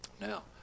Now